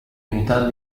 unità